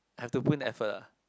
have to put in effort lah